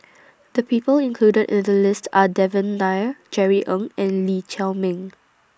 The People included in The list Are Devan Nair Jerry Ng and Lee Chiaw Meng